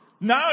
no